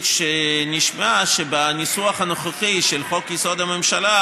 שנשמעה על הניסוח הנוכחי של חוק-יסוד: הממשלה,